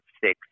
six